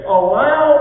allow